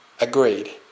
Agreed